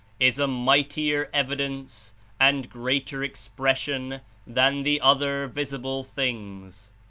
is a mightier evidence and greater expression than the other visible things.